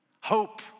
Hope